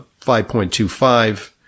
5.25